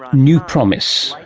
new promise,